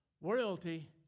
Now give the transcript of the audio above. royalty